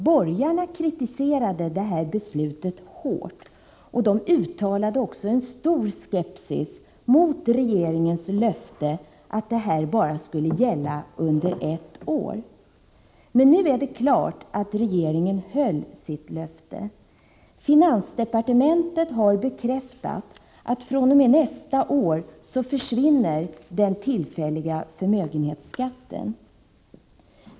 Borgarna kritiserade det beslutet hårt och uttalade stor skepsis mot regeringens löfte att denna skattehöjning bara skulle gälla under ett år. Nu är det klart att regeringen höll sitt löfte. Finansdepartementet har bekräftat att fr.o.m. nästa år försvinner den tillfälliga förmögenhetsskatten.